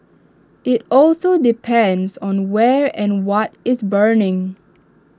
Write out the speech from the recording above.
IT also depends on where and what is burning